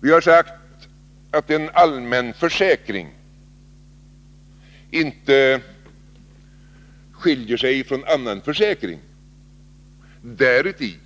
Vi har sagt att en allmänförsäkring inte skiljer sig ifrån annan försäkring däruti